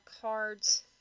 cards